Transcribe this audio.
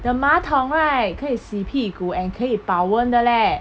the 马桶 right 可以洗屁股 and 可以保温的 leh